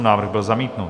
Návrh byl zamítnut.